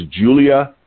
Julia